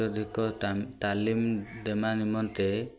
ଅତ୍ୟଧିକ ତାଲିମ ଦେବା ନିମନ୍ତେ